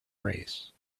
race